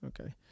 Okay